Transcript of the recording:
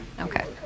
Okay